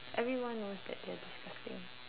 everyone knows that they're disgusting